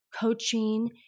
coaching